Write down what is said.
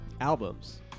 albums